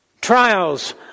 Trials